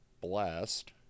blast